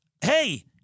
hey